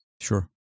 sure